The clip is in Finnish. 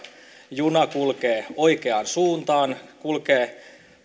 juna kulkee oikeaan suuntaan kulkee